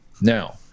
Now